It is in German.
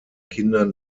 kindern